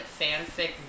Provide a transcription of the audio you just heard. fanfic